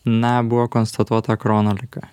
na buvo konstatuota krono liga